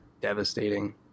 devastating